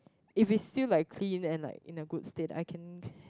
if it's still like clean and like in a good state I can